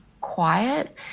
quiet